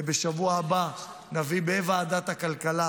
ובשבוע הבא נביא בוועדת הכלכלה